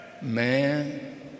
Man